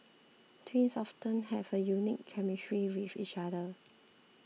twins often have a unique chemistry with each other